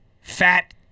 fat